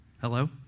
hello